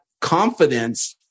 confidence